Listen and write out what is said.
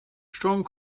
strong